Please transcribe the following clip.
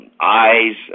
eyes